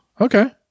Okay